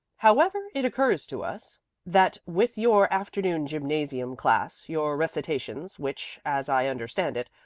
however it occurs to us that with your afternoon gymnasium class, your recitations, which, as i understand it,